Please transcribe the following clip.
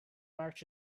march